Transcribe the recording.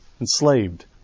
enslaved